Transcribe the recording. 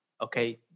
okay